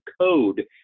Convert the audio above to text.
code